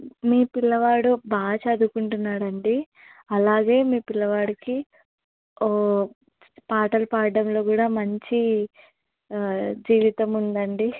మీ పిల్లవాడు బాగా చదువుకుంటున్నాడండి అలాగే మీ పిల్లవాడికి పాటలు పాడడంలో కూడా మంచి జీవితం ఉందండి